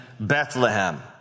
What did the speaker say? Bethlehem